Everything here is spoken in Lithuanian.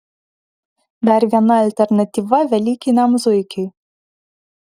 dar viena alternatyva velykiniam zuikiui